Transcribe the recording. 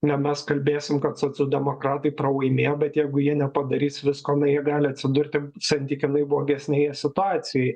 ne mes kalbėsim kad socialdemokratai pralaimėjo bet jeigu jie nepadarys visko na jie gali atsidurti santykinai blogesnėje situacijoj